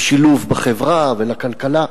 לשילוב בחברה ובכלכלה.